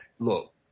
Look